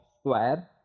Square